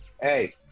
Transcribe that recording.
hey